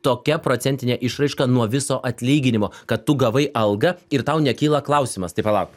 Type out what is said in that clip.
tokia procentine išraiška nuo viso atlyginimo kad tu gavai algą ir tau nekyla klausimas tai palauk